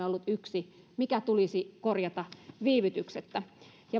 ollut yksi mikä tulisi korjata viivytyksettä